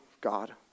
God